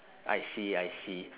I see I see